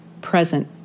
present